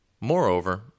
Moreover